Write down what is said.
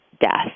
death